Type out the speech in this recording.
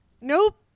Nope